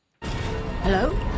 Hello